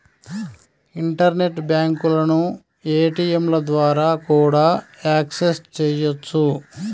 internet బ్యాంకులను ఏటీయంల ద్వారా కూడా యాక్సెస్ చెయ్యొచ్చు